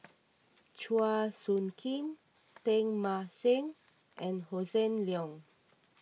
Chua Soo Khim Teng Mah Seng and Hossan Leong